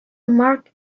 mark